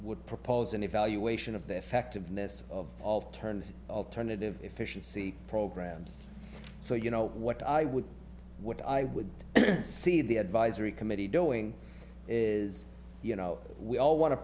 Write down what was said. would propose an evaluation of the effectiveness of all turned alternative efficiency programs so you know what i would what i would see the advisory committee doing is you know we all want to